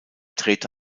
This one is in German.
drehte